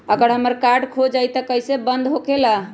अगर हमर कार्ड खो जाई त इ कईसे बंद होकेला?